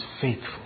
faithful